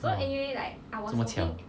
oh 这么巧